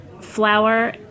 flour